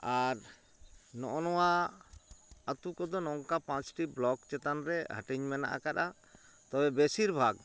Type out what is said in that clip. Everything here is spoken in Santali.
ᱟᱨ ᱱᱚᱜᱼᱚ ᱱᱚᱣᱟ ᱟᱹᱛᱩ ᱠᱚᱫᱚ ᱱᱚᱝᱠᱟ ᱯᱟᱸᱪᱴᱤ ᱵᱞᱚᱠ ᱪᱮᱛᱟᱱ ᱨᱮ ᱦᱟᱹᱴᱤᱧ ᱢᱮᱱᱟᱜ ᱠᱟᱫᱼᱟ ᱛᱚᱵᱮ ᱵᱮᱥᱤᱨᱵᱷᱟᱜᱽ